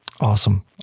Awesome